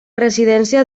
residència